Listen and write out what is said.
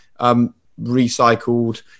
recycled